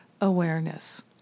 awareness